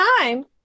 time